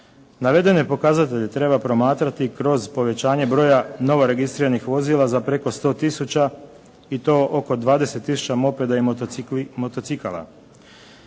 Navedene pokazatelje treba promatrati kroz povećanje broja novoregistriranih vozila za preko 100 tisuća i to oko 20 tisuća mopeda i motocikala.